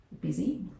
busy